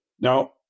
Now